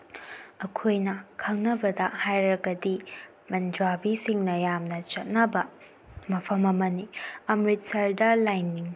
ꯑꯩꯈꯣꯏꯅ ꯈꯪꯅꯕꯗ ꯍꯥꯏꯔꯒꯗꯤ ꯄꯨꯟꯖꯥꯕꯤ ꯁꯤꯡꯅ ꯌꯥꯝꯅ ꯆꯠꯅꯕ ꯃꯐꯝ ꯑꯃꯅꯤ ꯑꯃ꯭ꯔꯤꯠꯁꯔꯗ ꯂꯥꯏꯅꯤꯡ